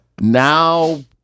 Now